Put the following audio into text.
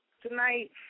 Tonight